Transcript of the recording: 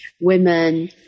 women